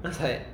then I was like